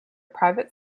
private